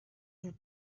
vous